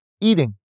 eating